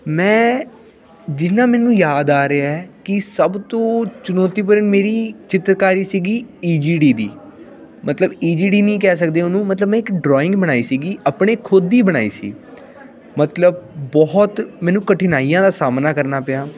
ਮੈਂ ਜਿੰਨਾ ਮੈਨੂੰ ਯਾਦ ਆ ਰਿਹਾ ਕਿ ਸਭ ਤੋਂ ਚੁਣੌਤੀਪੂਰਨ ਮੇਰੀ ਚਿੱਤਰਕਾਰੀ ਸੀਗੀ ਈ ਜੀ ਡੀ ਦੀ ਮਤਲਬ ਈ ਜੀ ਡੀ ਨਹੀਂ ਕਹਿ ਸਕਦੇ ਉਹਨੂੰ ਮਤਲਬ ਮੈਂ ਇੱਕ ਡਰਾਇੰਗ ਬਣਾਈ ਸੀਗੀ ਆਪਣੇ ਖੁਦ ਦੀ ਬਣਾਈ ਸੀ ਮਤਲਬ ਬਹੁਤ ਮੈਨੂੰ ਕਠਿਨਾਈਆਂ ਦਾ ਸਾਹਮਣਾ ਕਰਨਾ ਪਿਆ